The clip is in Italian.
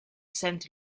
saint